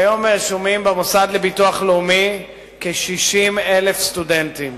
כיום רשומים במוסד לביטוח לאומי כ-60,000 סטודנטים